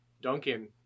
Duncan